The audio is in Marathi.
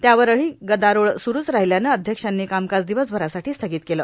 त्यावरही गदारोळ सुरुच राहिल्यानं अध्यक्षांनी कामकाज दिवसभरासाठी स्थगित केलं